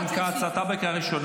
תתבייש לך.